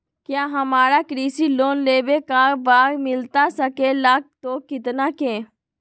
क्या हमारा कृषि लोन लेवे का बा मिलता सके ला तो कितना के?